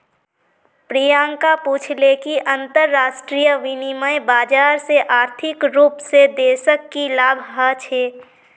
प्रियंका पूछले कि अंतरराष्ट्रीय विनिमय बाजार से आर्थिक रूप से देशक की लाभ ह छे